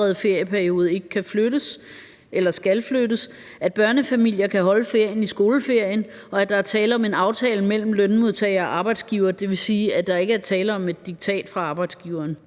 at børnefamilier kan holde ferien i skoleferien, og at der er tale om en aftale mellem lønmodtager og arbejdsgiver, dvs. at der ikke er tale om et diktat fra arbejdsgiveren.